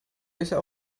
welcher